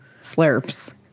slurps